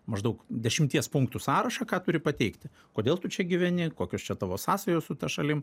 maždaug dešimties punktų sąrašą ką turi pateikti kodėl tu čia gyveni kokios čia tavo sąsajos su ta šalim